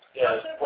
Yes